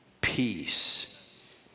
peace